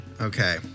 Okay